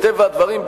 מטבע הדברים,